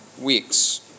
weeks